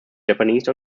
japanese